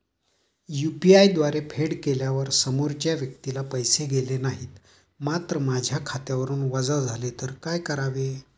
UPI द्वारे फेड केल्यावर समोरच्या व्यक्तीला पैसे गेले नाहीत मात्र माझ्या खात्यावरून वजा झाले तर काय करावे?